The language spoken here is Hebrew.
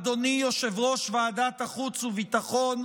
אדוני יושב-ראש ועדת החוץ והביטחון,